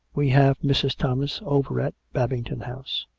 we have mrs. thomas over at babington house.